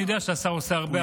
אני יודע שהשר עושה הרבה,